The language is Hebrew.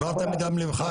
דיברת מדם ליבך,